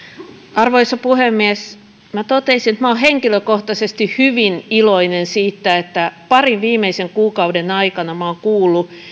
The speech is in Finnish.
arvoisa puhemies toteaisin että minä olen henkilökohtaisesti hyvin iloinen siitä että parin viimeisen kuukauden aikana olen kuullut